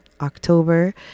October